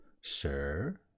Sir